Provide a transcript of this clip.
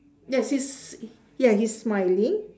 yes he's yeah he's smiling